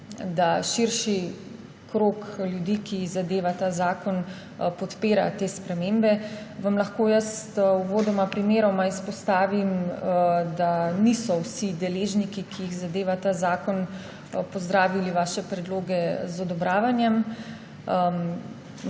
da širši krog ljudi, ki jih zadeva ta zakon, podpira te spremembe, vam lahko jaz uvodoma primeroma izpostavim, da niso vsi deležniki, ki jih zadeva ta zakon, pozdravili vaših predlogov z odobravanjem.